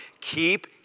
keep